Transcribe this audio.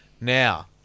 Now